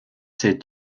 ses